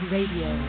Radio